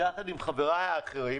ביחד עם חבריי האחרים,